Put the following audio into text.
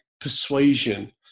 persuasion